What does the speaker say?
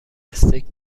استیک